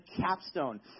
capstone